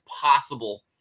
possible